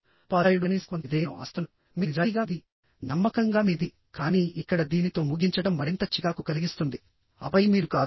ఉపాధ్యాయుడు కనీసం కొంత విధేయతను ఆశిస్తున్నాడు మీది నిజాయితీగా మీది నమ్మకంగా మీది కానీ ఇక్కడ దీనితో ముగించడం మరింత చికాకు కలిగిస్తుంది ఆపై మీరు కాదు